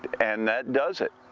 and that does it.